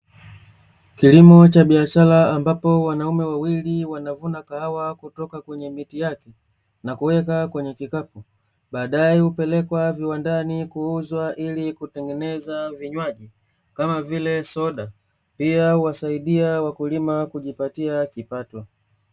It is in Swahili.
Kilimo cha biashara ambapo wanaume wawili wanavuna kahawa kutoka kwenye miti yake na kuiweka kwenye kikapu, baadae hupelekwa viwandani kuuzwa ili kutengenezwa vinywaji kama vile soda pia huwasaidia wakulima kujipatia kipato.